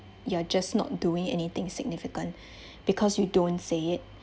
you're just not doing anything significant because you don't say it